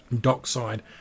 Dockside